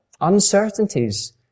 Uncertainties